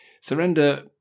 surrender